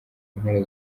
mpera